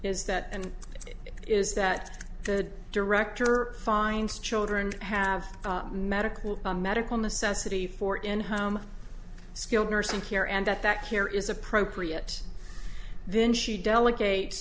is that and it is that the director finds children have medical medical necessity for in home skilled nursing care and that that care is appropriate then she delegate